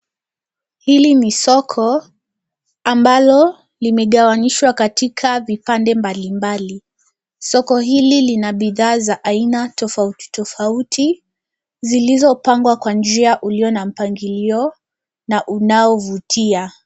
Hili ni soko ambalo limegawanishwa katika vipande mbalimbali. Soko hili lina bidhaa za aina tofauti tofauti zilizopangwa kwa njia ulio na mpangilio na unaovutia.